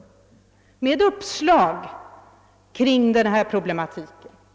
De innehåller uppslag kring denna problematik.